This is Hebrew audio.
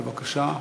בבקשה.